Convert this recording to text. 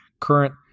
current